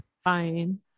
fine